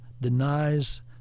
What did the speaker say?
denies